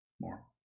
More